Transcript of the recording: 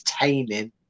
entertaining